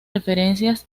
referencias